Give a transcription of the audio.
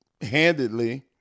handedly